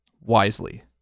wisely